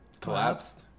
collapsed